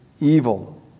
evil